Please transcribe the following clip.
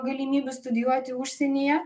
galimybių studijuoti užsienyje